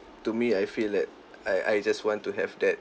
to me I feel that I I just want to have that